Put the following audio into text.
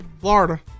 Florida